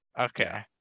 okay